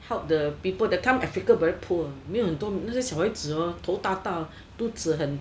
help the people that time africa very poor 没有很多那些小孩子哦头大大肚子很